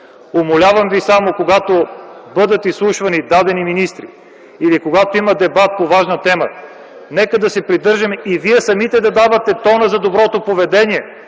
Умолявам ви само, когато бъдат изслушвани дадени министри или когато има дебат по важна тема, нека да се придържаме и вие самите да давате тона за доброто поведение.